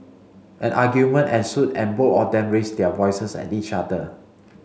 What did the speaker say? an argument ensued and both of them raised their voices at each other